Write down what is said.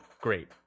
great